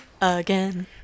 again